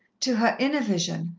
to her inner vision,